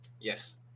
Yes